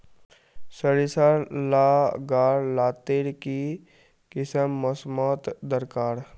सरिसार ला गार लात्तिर की किसम मौसम दरकार?